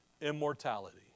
Immortality